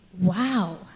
wow